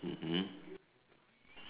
mmhmm